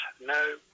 no